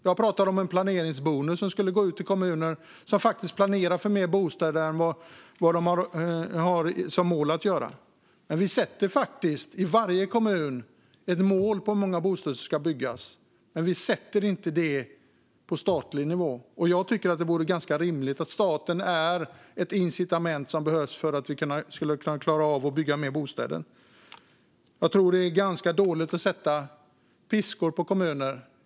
Jag pratar om en planeringsbonus som skulle gå ut till kommuner som faktiskt planerar för fler bostäder än vad de har som mål. Vi sätter faktiskt i varje kommun ett mål för hur många bostäder som ska byggas, men vi sätter inte ett sådant mål på statlig nivå. Jag tycker att det vore ganska rimligt att staten ger de incitament som behövs för att vi ska klara av att bygga fler bostäder. Jag tror att det är ganska dåligt att sätta piskor på kommuner.